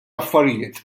affarijiet